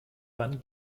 wann